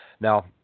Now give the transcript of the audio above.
Now